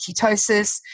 ketosis